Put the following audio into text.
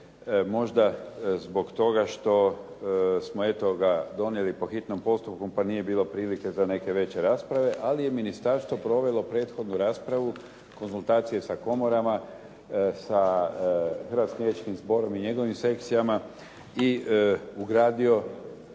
možda zbog toga što smo eto ga donijeli po hitnom postupku pa nije bilo prilike za neke veće rasprave, ali je ministarstvo provelo prethodnu raspravu, konzultacije sa komorama, sa Hrvatskim liječničkim zborom i njegovim sekcijama i ugradio